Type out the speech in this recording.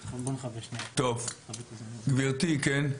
טוב, גברתי, כן.